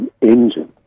engine